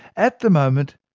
at the moment,